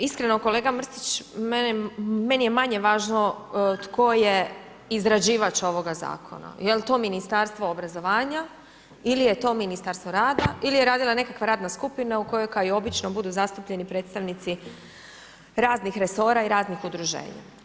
Iskreno, kolega Mrsić, meni je manje važno tko je izrađivač ovog zakona, jel' to Ministarstvo obrazovanja ili je to Ministarstvo rada ili je radila nekakva radna skupina u kojoj kao i obično budu zastupljeni predstavnici raznih resora i raznih udruženja.